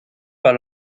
par